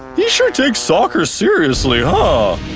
he sure takes soccer seriously, huh?